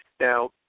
Now